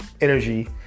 energy